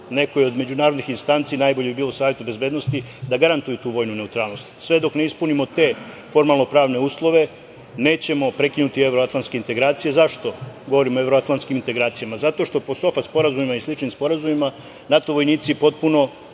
nekoj od međunarodnih istanci najbolje bi bilo Savetu bezbednosti da garantuju tu vojnu neutralnost. Sve dok ne ispunimo te formalno-pravne uslove nećemo prekinuti evroatlanske integracije. Zašto govorim o evroatlanskim integracijama. Zato što po SOFA sporazumima i sličnim sporazumima NATO vojnici potpuno